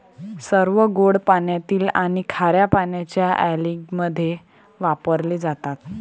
सर्व गोड पाण्यातील आणि खार्या पाण्याच्या अँलिंगमध्ये वापरले जातात